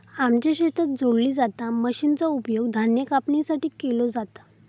आमच्या शेतात जोडली जाता मशीनचा उपयोग धान्य कापणीसाठी केलो जाता